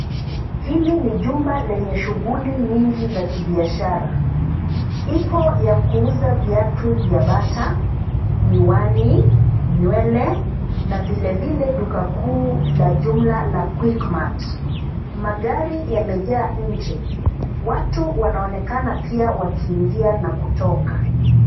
Hili ni jumba lenye shughuli nyingi za kibiashara. Ipo ya kuuza viatu vya bata, miwani, nywele na vilevile duka kuu la jumla la Quickmart. Magari yamejaa nje. Watu wanaonekana pia wakiingia na kutoka.